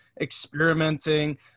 experimenting